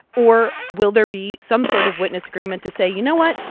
or will there be some sort of witness agreement to say, you know what?